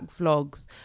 vlogs